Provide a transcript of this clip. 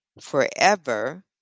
forever